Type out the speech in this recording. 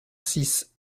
six